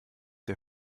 der